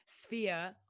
sphere